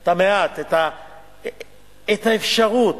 את המעט, את האפשרות,